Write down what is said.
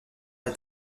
est